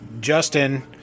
Justin